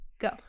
Go